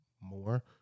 more